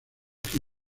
que